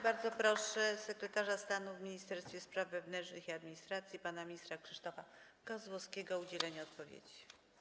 Bardzo proszę sekretarza stanu w Ministerstwie Spraw Wewnętrznych i Administracji pana ministra Krzysztofa Kozłowskiego o udzielenie odpowiedzi.